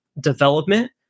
development